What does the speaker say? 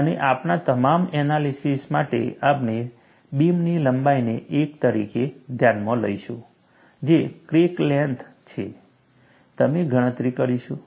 અને આપણા તમામ એનાલિસીસ માટે આપણે બીમની લંબાઈને એક તરીકે ધ્યાનમાં લઈશું જે ક્રેક લેન્થ છે અને ગણતરી કરીશું